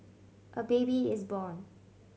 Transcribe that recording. a baby is born